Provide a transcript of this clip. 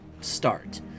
start